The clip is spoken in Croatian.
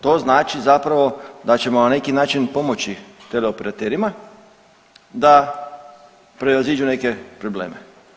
To znači zapravo da ćemo na neki način pomoći teleoperaterima da prevaziđu neke probleme.